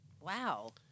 Wow